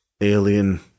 alien